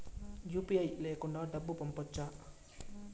UPI లేకుండా డబ్బు పంపొచ్చా